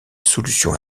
solution